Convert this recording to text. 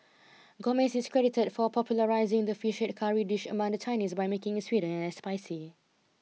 Gomez is credited for popularising the fish head curry dish among the Chinese by making it sweeter and less spicy